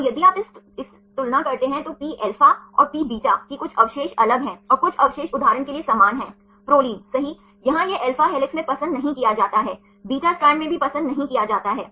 और यदि आप इस तुलना करते हैं तो Pα और Pβ की कुछ अवशेष अलग हैं और कुछ अवशेष उदाहरण के लिए समान हैं Prolineसही यहाँ यह alpha हेलिक्स में पसंद नहीं किया जाता है beta स्ट्रैंड में भी पसंद नहीं किया जाता है